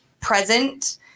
present